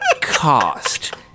cost